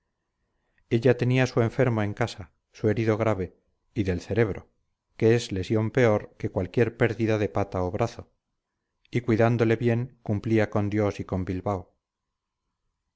ella tenía su enfermo en casa su herido grave y del cerebro que es lesión peor que cualquier pérdida de pata o brazo y cuidándole bien cumplía con dios y con bilbao